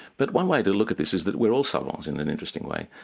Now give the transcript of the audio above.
but one way to look at this is that we're all savants in an interesting way.